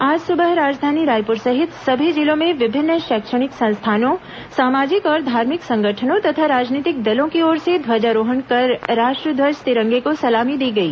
आज सुबह राजधानी रायपुर सहित सभी जिलों में विभिन्न शैक्षणिक संस्थानों सामाजिक और धार्मिक संगठनों तथा राजनीतिक दलों की ओर से ध्वजारोहण कर राष्ट्रध्वज तिरंगे को सलामी दी गई